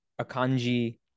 Akanji